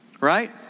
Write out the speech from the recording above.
Right